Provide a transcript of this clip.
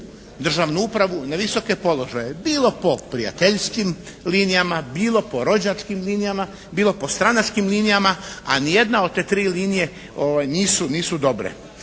državnu upravu na visoke položaje bilo po prijateljskim linijama, bilo po rođačkim linijama, bilo po stranačkim linijama, a ni jedna od te tri linije nisu dobre.